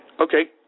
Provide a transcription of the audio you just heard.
Okay